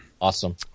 Awesome